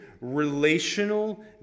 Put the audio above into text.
relational